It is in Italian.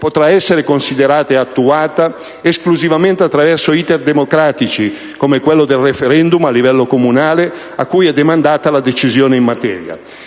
potrà essere considerata ed attuata esclusivamente attraverso *iter* democratici, come quello del *referendum* a livello comunale, a cui è demandata la decisione in materia.